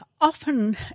often